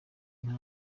nta